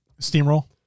Steamroll